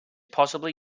possibly